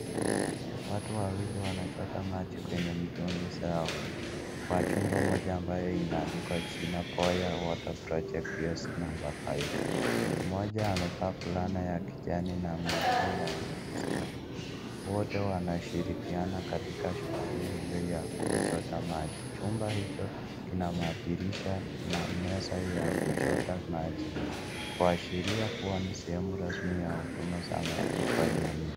Watu wawili wanachota maji kwenye mtungi zao. Kwa chumba moja ambayo imeandikwa jina Boya water project kiosk number five. Moja amevaa fulani ya kijani na mwingine ya nyeusi na wote wanashirikiana katika shukuli hiyo ya kuchota maji. Chumba hicho kina madirisha na meza ya kuchota maji kuashiria kuwa ni sehemu rasmi ya huduma za maji kwa jamii.